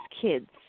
kids